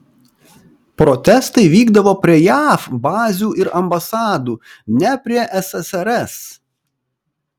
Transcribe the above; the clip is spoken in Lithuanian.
protestai vykdavo prie jav bazių ir ambasadų ne prie ssrs